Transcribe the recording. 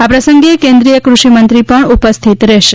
આ પ્રસંગે કેન્દ્રિય ફષિ મંત્રી પણ ઉપસ્થિત રહેશે